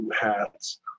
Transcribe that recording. hats